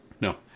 No